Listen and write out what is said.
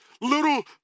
little